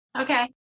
Okay